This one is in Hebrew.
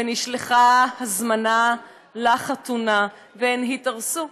ונשלחה הזמנה לחתונה, והן התארסו,